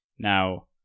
Now